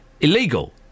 illegal